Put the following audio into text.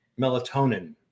Melatonin